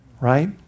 right